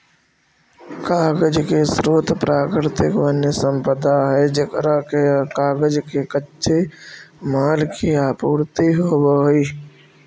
कागज के स्रोत प्राकृतिक वन्यसम्पदा है जेकरा से कागज के कच्चे माल के आपूर्ति होवऽ हई